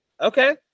Okay